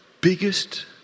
biggest